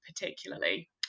particularly